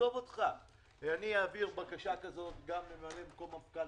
אעביר בקשה כזאת גם לממלא מקום המפכ"ל.